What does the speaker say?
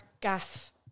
gaff